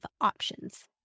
options